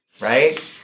Right